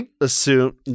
assume